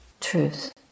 truth